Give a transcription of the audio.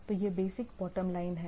तो यह basic bottom line है